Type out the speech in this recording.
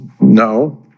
No